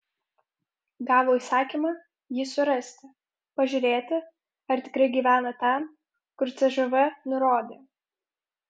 gavo įsakymą jį surasti pažiūrėti ar tikrai gyvena ten kur cžv nurodė